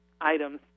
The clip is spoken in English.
items